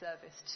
service